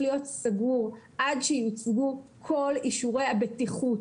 להיות סגור עד שיוצגו כל אישורי הבטיחות,